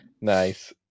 Nice